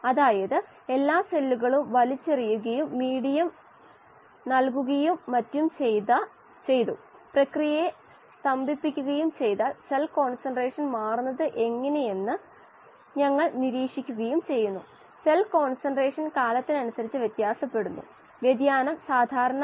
ഇത് അളക്കാൻ വളരെ ബുദ്ധിമുട്ടാണ് ചില ആളുകൾ പഠനങ്ങൾ നടത്തിയപ്പോൾ ചില പ്രത്യേക അന്വേഷണങ്ങളിലൂടെ അളന്ന് അവിടെ സന്തുലിതാവസ്ഥ നിലനിൽക്കുന്നു എന്ന് പറഞ്ഞിട്ടുണ്ട് പക്ഷേ നമ്മൾക്ക് സ്ഥിരമായി അത് ചെയ്യാൻ കഴിയില്ല